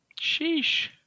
sheesh